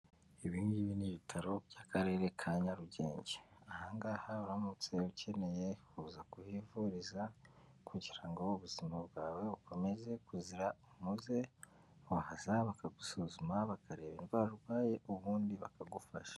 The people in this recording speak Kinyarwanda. Ibi ngibi ni ibitaro by'akarere ka Nyarugenge, aha ngaha uramutse ukeneye kuza kuhivuriza kugira ngo ubuzima bwawe bukomeze kuzira umuze, wahaza bakagusuzuma bakareba indwara urwaye ubundi bakagufasha.